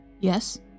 Yes